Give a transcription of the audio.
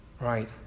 right